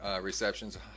receptions